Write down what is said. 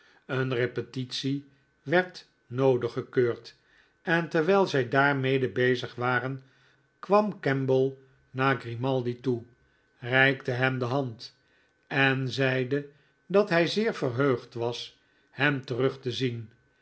eene repetitie werd noodig gekeurd en terwijl zn daarmede bezig waren kwam kemble naar grimaldi toe reikte hem de hand en zeide dat hij zeer verheugd was hem terug te zien